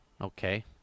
Okay